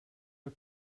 für